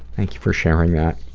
thank you for sharing that.